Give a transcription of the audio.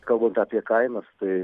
kalbant apie kainas tai